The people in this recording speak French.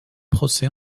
procès